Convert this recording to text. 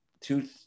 two